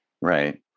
right